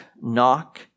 knock